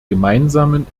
gemeinsamen